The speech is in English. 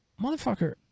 motherfucker